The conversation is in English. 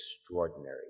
extraordinary